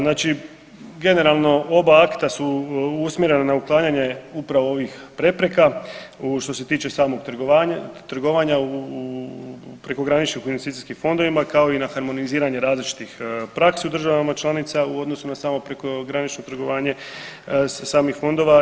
Znači generalno oba akta su usmjerena na uklanjanje upravo ovih prepreka, što ste tiče samog trgovanja u prekograničnim investicijskim fondovima kao i na harmoniziranje različitih praksi u državama članica u odnosu na samo prekogranično trgovanje samih fondova.